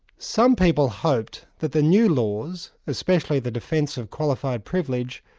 some people hoped that the new laws, especially the defence of qualified privilege,